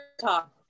talk